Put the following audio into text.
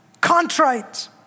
Contrite